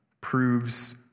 proves